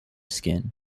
skin